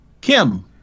kim